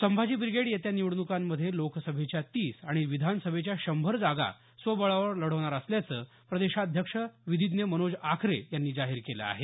Sambhaji brigade येत्या निवडण्कांमध्ये लोकसभेच्या तीस आणि विधानसभेच्या शंभर जागा स्वबळावर लढवणार असल्याचं प्रदेशाध्यक्ष विधीज्ञ मनोज आखरे यांनी जाहीर केलं आहे